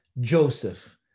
Joseph